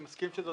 אני מסכים שזאת